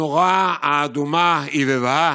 הנורה האדומה הבהבה